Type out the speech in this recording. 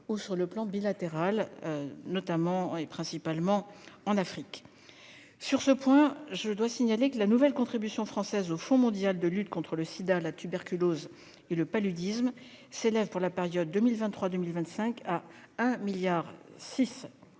ou dans un cadre bilatéral, principalement en Afrique. Sur ce point, je signale que la nouvelle contribution française au Fonds mondial de lutte contre le sida, la tuberculose et le paludisme s'élève pour 2023-2025 à 1,6 milliard